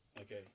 Okay